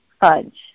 fudge